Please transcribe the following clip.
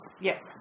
Yes